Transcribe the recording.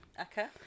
Okay